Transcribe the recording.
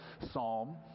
psalm